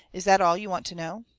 is that all you want to know?